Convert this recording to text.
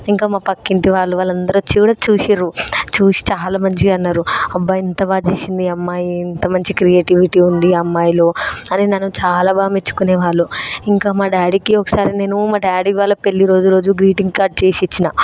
ఇంకా మా పక్కింటి వాళ్ళు వాళ్ళందరూ వచ్చి కూడా చూసారు చూసి చాలా మంచిగా అన్నారు అబ్బా ఎంత బాగా చేసింది ఈ అమ్మాయి ఎంత మంచి క్రియేటివిటీ ఉంది ఈ అమ్మాయిలో అని నన్ను చాలా బాగా మెచ్చుకునేవాళ్లు ఇంకా మా డాడీకి ఒకసారి నేను మా డాడీ వాళ్ళ పెళ్లి రోజు రోజు గ్రీటింగ్ కార్డ్ చేసి ఇచ్చిన